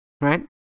right